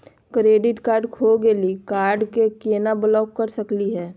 Credit card खो गैली, card क केना ब्लॉक कर सकली हे?